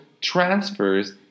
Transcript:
transfers